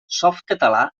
softcatalà